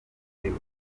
ureba